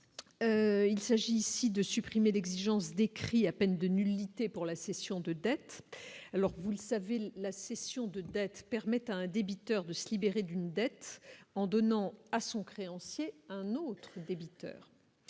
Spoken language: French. il s'agit ici de supprimer l'exigence décrit à peine de nullité pour la cession de dettes alors vous le savez la cession de dette permet à un débiteur de se libérer d'une dette en donnant à son créancier, un autre débiteur